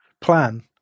plan